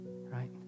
right